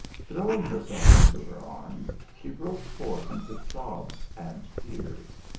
throwing her self into her arms, she broke forth into sobs and tears,